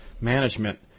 management